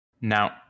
Now